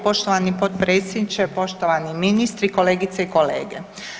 Poštovani potpredsjedniče, poštovani ministri, kolegice i kolege.